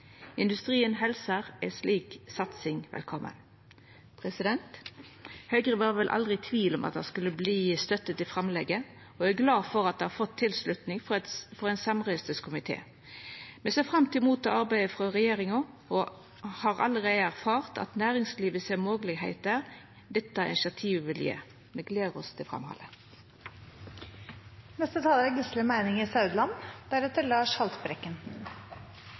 Industrien helsar ei slik satsing velkomen. Høgre var vel aldri i tvil om at det skulle verta støtte til framlegget, og er glad for at det har fått tilslutnad frå ein samrøystes komité. Me ser fram til å ta imot arbeidet frå regjeringa, og har allereie erfart at næringslivet ser moglegheitene dette initiativet vil gje. Me gleder oss til